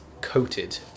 coated